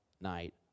night